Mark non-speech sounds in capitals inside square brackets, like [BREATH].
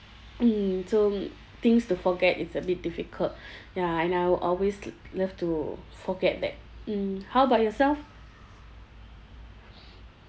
mm so things to forget it's a bit difficult [BREATH] ya and I'll always l~ love to forget that mm how about yourself